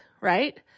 right